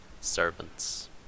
Servants